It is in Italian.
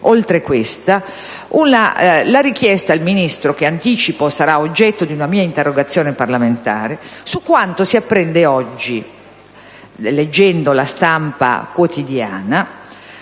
aggiungere la richiesta al Ministro - che anticipo sarà oggetto di una mia interrogazione parlamentare - di riferire su quanto si apprende oggi, leggendo la stampa quotidiana,